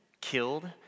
killed